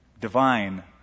divine